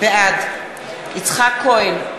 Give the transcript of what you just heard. בעד יצחק כהן,